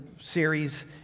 series